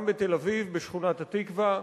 גם בתל-אביב בשכונת-התקווה,